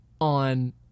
on